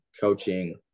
coaching